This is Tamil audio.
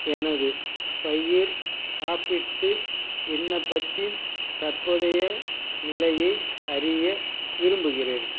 எனது பயிர் காப்பீட்டு விண்ணப்பத்தின் தற்போதைய நிலையை அறிய விரும்புகின்றேன்